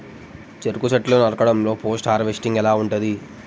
చెరుకు చెట్లు నరకడం లో పోస్ట్ హార్వెస్టింగ్ ఎలా ఉంటది?